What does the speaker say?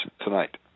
tonight